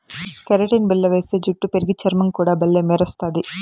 keratin బిల్ల వేస్తే జుట్టు పెరిగి, చర్మం కూడా బల్లే మెరస్తది